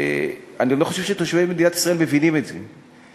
אני לא חושב שתושבי מדינת ישראל מבינים את זה.